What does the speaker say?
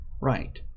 Right